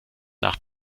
nach